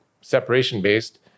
separation-based